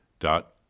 dot